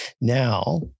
Now